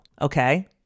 Okay